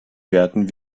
werden